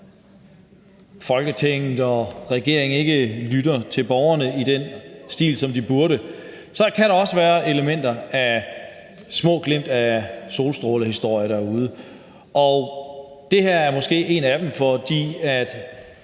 Folketinget og regeringen ikke lytter til borgerne på den måde, som de burde, så kan der også være små glimt af solstrålehistorier derude, og det her er måske en af dem. Jeg